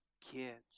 kids